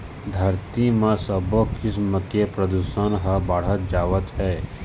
धरती म सबो किसम के परदूसन ह बाढ़त जात हे